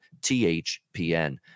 THPN